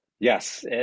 Yes